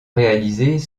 réalisés